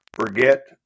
forget